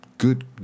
Good